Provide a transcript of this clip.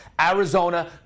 Arizona